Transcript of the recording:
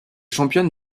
championne